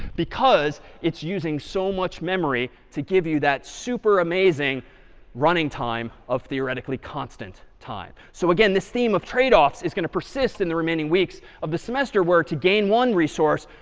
because it's using so much memory to give you that super amazing running time of theoretically constant time. so again this theme of trade-offs is going to persist in the remaining weeks of the semester where to gain one resource,